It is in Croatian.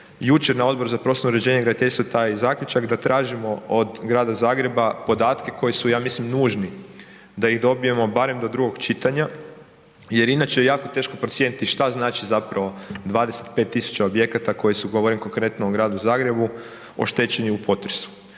jučer na Odboru za prostorno uređenje i graditeljstvo taj zaključak, da tražimo od Grada Zagreba podatke koji su, ja mislim, nužni da ih dobijemo barem do drugog čitanja jer inače je jako teško procijeniti što znači zapravo 25 tisuća objekata koji su, govorim konkretno o Gradu Zagrebu, oštećeni u potresu.